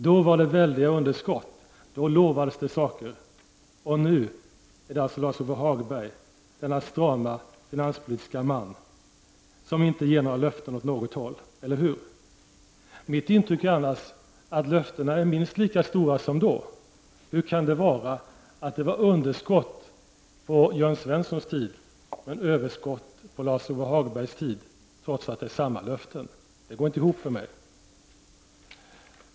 Då var det väldiga underskott och det lovades saker. Nu är det alltså Lars-Ove Hagberg, den strama finanspolitikens man, som inte ger några löften åt något håll. Eller hur? Mitt intryck är annars att löftena är minst lika stora nu som då. Hur kan det komma sig att det var underskott på Jörn Svenssons tid men är överskott under Lars-Ove Hagbergs tid, trots att det är fråga om samma löften? Det går inte ihop för mig.